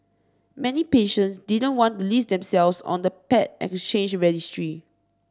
many patients didn't want to list themselves on the paired exchange registry